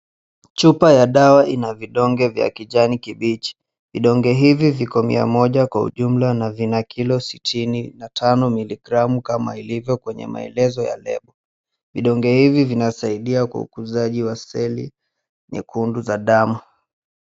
Chupa ya dawa ina vidonge vya kijani kibichi, vidonge hivi viko mia moja kwa ujumla na vina kilo sitini na tano miligramu kwa ilivyo maelezo ya lebo, vidonge hivi vinasaidia kwa ukuzaji wa seli nyekundu za damu.